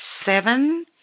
Seven